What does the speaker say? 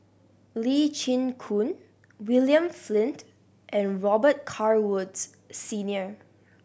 Lee Chin Koon William Flint and Robet Carr Woods Senior